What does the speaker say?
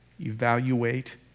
evaluate